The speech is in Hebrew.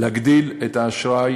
להגדיל את האשראי